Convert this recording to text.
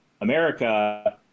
America